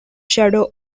shadow